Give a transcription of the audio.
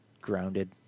grounded